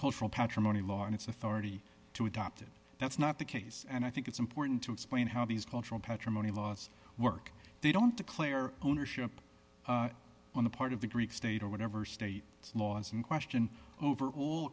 cultural patrimony law and its authority to adopt it that's not the case and i think it's important to explain how these cultural patrimony laws work they don't declare ownership on the part of the greek state or whatever state laws in question over all